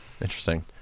Interesting